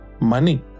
money